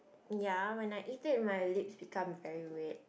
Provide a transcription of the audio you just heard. ya when I eat it my lips become very red